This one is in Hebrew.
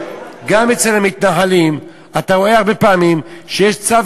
גם אצל המתנחלים אתה רואה הרבה פעמים שיש צו